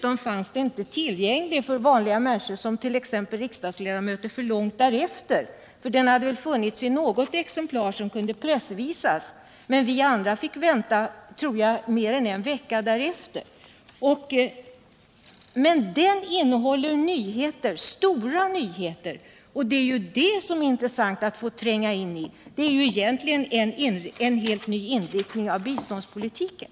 F. ö. fanns den inte tillgänglig för vanliga människor, t.ex. riksdagsledamöter, förrän långt senare. Det fanns något exemplar för visning för pressen, men jag tror att vi andra fick vänta mer än en vecka. Den utredningen innehåller stora nyheter och det är dem som det är intressant att tränga in i, eftersom det i praktiken är fråga om en helt ny inriktning av biståndspolitiken.